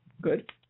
Good